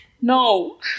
No